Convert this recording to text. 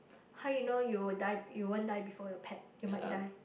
how you know you would die you won't die before your pet you might die